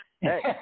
Hey